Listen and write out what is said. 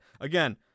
again